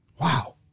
Wow